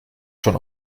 schon